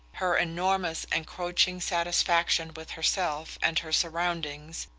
her enormous encroaching satisfaction with herself and her surroundings,